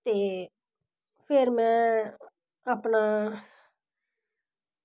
ते फिर में अपना